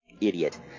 idiot